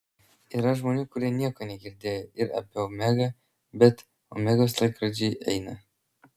yra žmonių kurie nieko negirdėjo ir apie omegą bet omegos laikrodžiai eina